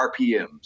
RPMs